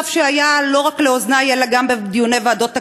שהיה לא רק לאוזני אלא גם בדיוני ועדות הכנסת,